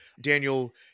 Daniel